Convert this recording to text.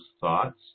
thoughts